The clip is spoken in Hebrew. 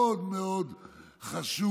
מאוד מאוד חשוב.